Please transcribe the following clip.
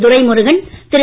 Duraimurugan Thiru